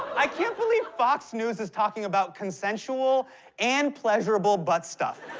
i can't believe fox news is talking about consensual and pleasurable butt stuff.